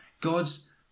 God's